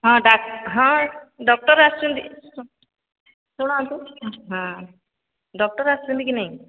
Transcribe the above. ହଁ ହଁ ଡକ୍ଟର ଆସୁଛନ୍ତି ଶୁଣନ୍ତୁ ହଁ ଡକ୍ଟର ଆସୁଛନ୍ତି କି ନାହିଁ